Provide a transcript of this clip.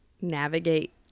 navigate